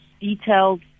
detailed